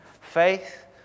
Faith